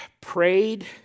prayed